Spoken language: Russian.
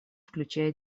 включая